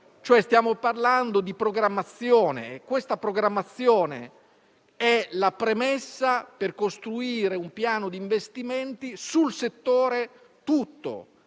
Stiamo parlando di programmazione che è la premessa per costruire un piano di investimenti sul settore tutto,